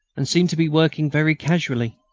and seemed to be working very casually.